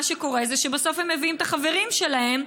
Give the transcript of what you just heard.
מה שקורה זה שבסוף הם מביאים את החברים שלהם,